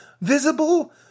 visible